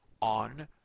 on